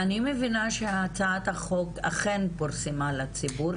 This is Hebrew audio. אני מבינה שהצעת החוק אכן פורסמה לציבור.